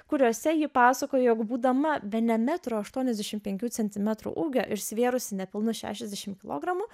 kuriuose ji pasakojo jog būdama bene metro aštuoniasdešimt penkių centimetrų ūgio ir svėrusi nepilnus šešiasdešimt kilogramų